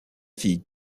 fille